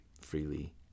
freely